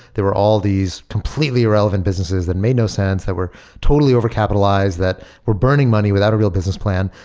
there were all these completely relevant businesses that made no sense that were totally over capitalized that were burning money without a real business plan.